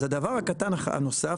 אז הדבר הקטן הנוסף,